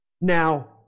Now